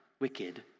wicked